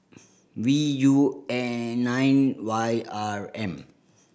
V U N nine Y R M